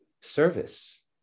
service